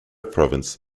province